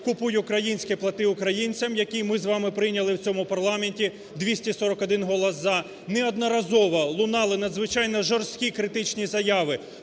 "Купуй українське, плати українцям", який ми з вами прийняли в цьому парламенті – 241 голос "за" – неодноразово лунали надзвичайно жорсткі критичні заяви